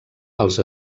als